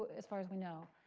as far as we know.